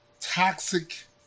toxic